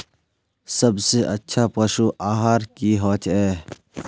सबसे अच्छा पशु आहार की होचए?